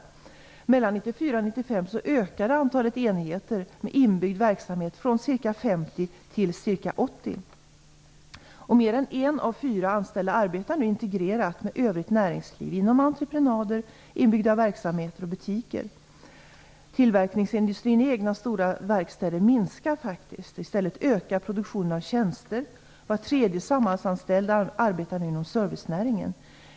Mellan 1994 och 1995 ökade antalet enheter med inbyggd verksamhet från ca 50 till ca 80. Mer än en av fyra anställda arbetar nu integrerat med övrigt näringsliv inom entreprenader, inbyggda verksamheter och butiker. Tillverkningsindustrin i egna stora verkstäder minskar faktiskt. I stället ökar produktionen av tjänster. Var tredje Samhallsanställd arbetar nu inom servicenäringen.